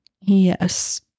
yes